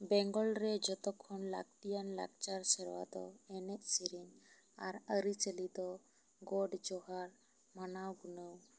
ᱵᱮᱝᱜᱚᱞ ᱨᱮ ᱡᱷᱚᱛᱚ ᱠᱷᱚᱱ ᱞᱟ ᱠᱛᱤᱭᱟᱱ ᱞᱟᱠᱪᱟᱨ ᱥᱮᱨᱣᱟ ᱫᱚ ᱮᱱᱮᱡ ᱥᱮᱨᱮᱧ ᱟᱨ ᱟ ᱨᱤ ᱪᱟ ᱞᱤ ᱫᱚ ᱜᱚᱰ ᱡᱚᱦᱟᱨ ᱢᱟᱱᱟᱣ ᱜᱩᱱᱟ ᱣ